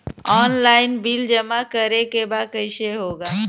Online bill जमा करे के बा कईसे होगा?